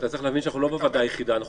אתה צריך להבין שאנחנו לא בוועדה הזאת בלבד.